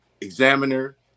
Examiner